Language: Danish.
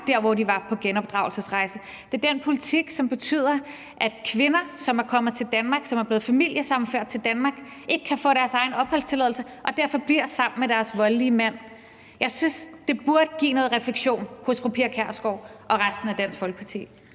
der, hvor de var på genopdragelsesrejse. Det er den politik, som betyder, at kvinder, som er kommet til Danmark, og som er blevet familiesammenført til Danmark, ikke kan få deres egen opholdstilladelse og derfor bliver sammen med deres voldelige mand. Jeg synes, det burde give anledning til noget refleksion hos fru Pia Kjærsgaard og resten af Dansk Folkeparti.